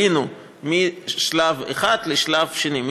עלינו משלב הראשון לשלב שני,